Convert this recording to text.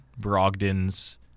Brogdon's